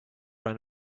ran